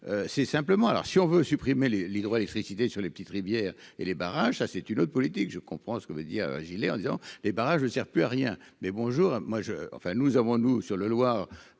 c'est simplement alors si on veut supprimer les l'hydroélectricité sur les petites rivières et les barrages, ça c'est une autre politique, je comprends ce que veut dire gilet en disant les barrages ne sert plus à rien mais bonjour moi je, enfin nous avons-nous sur le Loir,